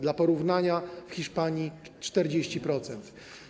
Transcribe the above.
Dla porównania w Hiszpanii - 40%.